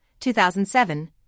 2007